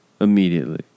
immediately